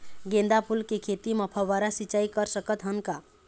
गेंदा फूल के खेती म फव्वारा सिचाई कर सकत हन का?